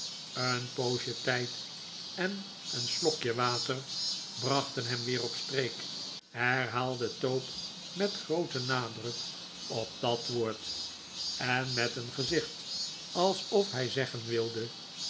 een poosje tijd en een slokje water brachten hem weer op streek herhaalde tope met grooten nadruk op dat het geheim van edwin drood woord en met een gezicht alsof hij zeggen wilde